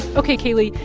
ok, kaeli.